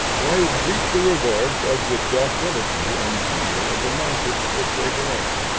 they reap the rewards of the docility and zeal of the masses which they direct.